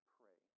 pray